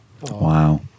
Wow